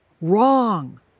wrong